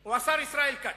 הוא השר ישראל כץ.